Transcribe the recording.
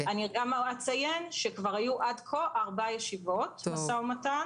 אציין שהיו עד כה ארבע ישיבות משא ומתן